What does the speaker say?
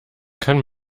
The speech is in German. kann